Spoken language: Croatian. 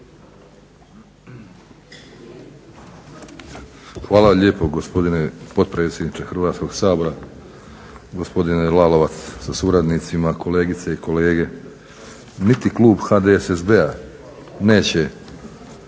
Hvala lijepo gospodine potpredsjedniče Hrvatskog sabora, gospodine Lalovac sa suradnicima, kolegice i kolege. Niti klub HDSSB-a neće